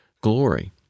Glory